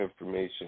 information